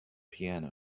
piano